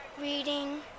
reading